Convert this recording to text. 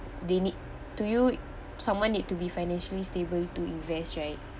they need to you someone need to be financially stable to invest right